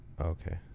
Okay